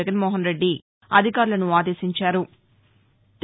జగన్మోహన్ రెడ్డి అధికారులను ఆదేశించారు